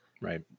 Right